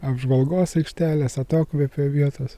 apžvalgos aikštelės atokvėpio vietos